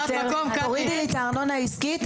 תורידי לי את הארנונה העסקית,